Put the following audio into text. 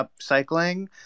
upcycling